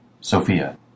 Sophia